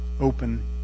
open